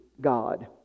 God